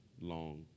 long